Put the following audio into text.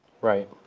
Right